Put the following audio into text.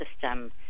system